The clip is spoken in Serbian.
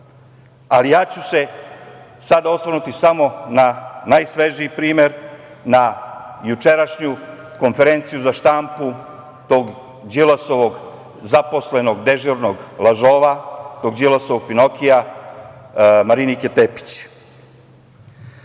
ali ja ću se sada osvrnuti samo na najsvežiji primer, na jučerašnju konferenciju za štampu tog Đilasovog zaposlenog, dežurnog lažova, tog Đilasovog Pinokija, Marinke Tepić. Ovaj